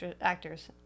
actors